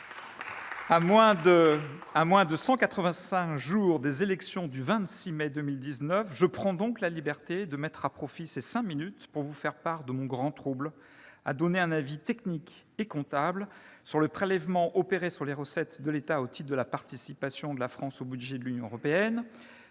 À moins de 185 jours des élections du 26 mai 2019, je prends donc la liberté de mettre à profit ces cinq minutes de temps de parole pour vous faire part de mon grand trouble : il me faut donner un avis technique et comptable sur le prélèvement opéré sur les recettes de l'État au titre de la participation de la France au budget de l'Union européenne,